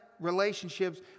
relationships